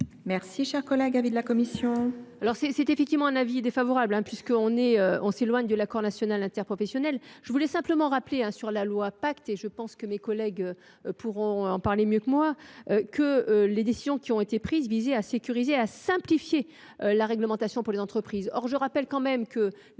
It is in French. Mes chers collègues,